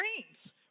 dreams